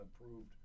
approved